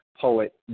poet